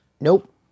Nope